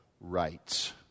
rights